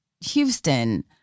Houston